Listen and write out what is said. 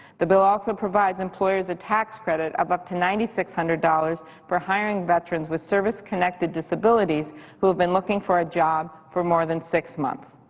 the bill also provides employers a tax credit of up to nine thousand six hundred dollars for hiring veterans with service-connected disabilities who have been looking for a job for more than six months.